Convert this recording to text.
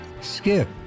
Skip